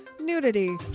nudity